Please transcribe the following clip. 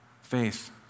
Faith